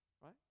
right